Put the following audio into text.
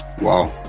Wow